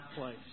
place